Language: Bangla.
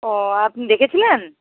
ও আপনি দেখেছিলেন